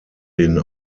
den